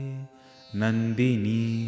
Nandini